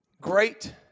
great